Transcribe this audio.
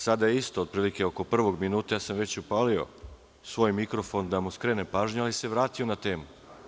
Sada isto, otprilike oko prvog minuta sam već upalio svoj mikrofon da mu skrenem pažnju, ali se vratio na temu.